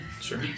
Sure